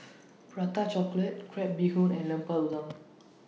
Prata Chocolate Crab Bee Hoon and Lemper Udang